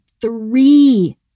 three